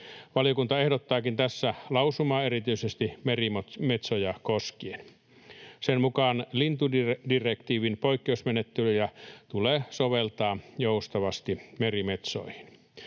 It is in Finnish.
Valiokunta ehdottaakin tässä lausumaa erityisesti merimetsoja koskien. Sen mukaan lintudirektiivin poikkeusmenettelyjä tulee soveltaa joustavasti merimetsoihin.